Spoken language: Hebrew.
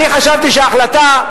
אני חשבתי שההחלטה,